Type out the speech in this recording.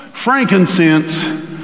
frankincense